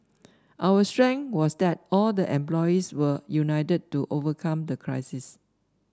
our strength was that all the employees were united to overcome the crisis